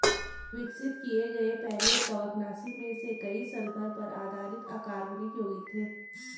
विकसित किए गए पहले कवकनाशी में से कई सल्फर पर आधारित अकार्बनिक यौगिक थे